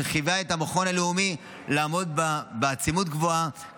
שחייבה את המכון הלאומי לעבוד בעצימות גבוהה